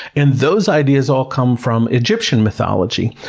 and those ideas all come from egyptian mythology.